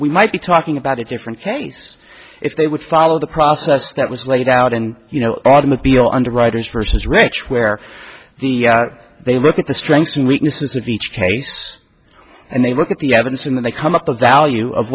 we might be talking about a different case if they would follow the process that was laid out and you know automobile underwriters versus rich where the they look at the strengths and weaknesses of each case and they look at the evidence when they come up the value of